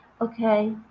Okay